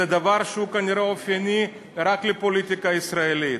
זה דבר שהוא כנראה אופייני רק לפוליטיקה הישראלית.